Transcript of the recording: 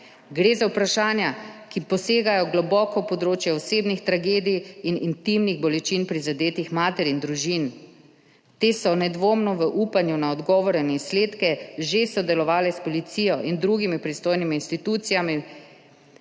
Gre za vprašanja, ki posegajo globoko v področje osebnih tragedij in intimnih bolečin prizadetih mater in družin. Te so nedvomno v upanju na odgovore na izsledke že sodelovale s policijo in drugimi pristojnimi institucijami,